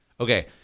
okay